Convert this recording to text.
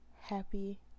happy